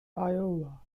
iowa